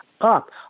up